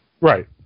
Right